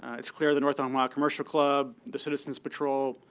it's clear the north omaha commercial club, the citizens patrol,